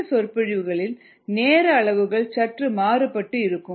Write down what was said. இந்த சொற்பொழிவுகளின் நேர அளவுகள் சற்று மாறுபட்டு இருக்கும்